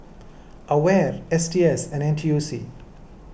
Aware S T S and N T U C